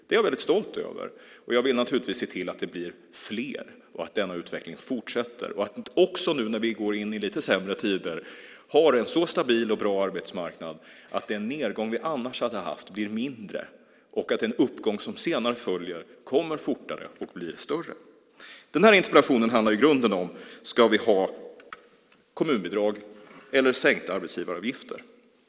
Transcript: Det är jag väldigt stolt över, och jag vill naturligtvis se till att det blir fler, att denna utveckling fortsätter och att vi också nu när vi går in i lite sämre tider har en så stabil och bra arbetsmarknad som möjligt så att den nedgång vi annars hade haft blir mindre och att den uppgång som senare följer kommer fortare och blir större. Den här interpellationen handlar i grunden om ifall vi ska ha kommunbidrag eller sänkta arbetsgivaravgifter.